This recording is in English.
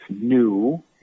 new